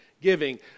giving